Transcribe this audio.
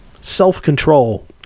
self-control